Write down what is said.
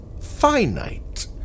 finite